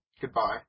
Goodbye